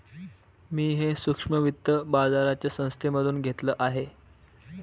मी हे सूक्ष्म वित्त बाजाराच्या संस्थेमधून घेतलं आहे